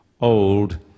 old